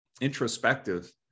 introspective